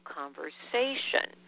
conversation